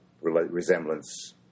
resemblance